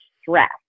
stress